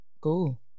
cool